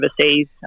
overseas